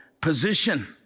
position